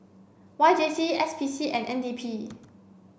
Y J C S P C and N D P